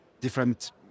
different